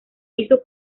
hizo